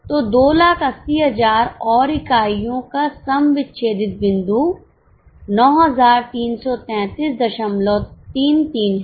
तो 280000 और इकाइयों का सम विच्छेदित बिंदु 933333 है